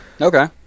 Okay